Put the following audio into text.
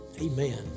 Amen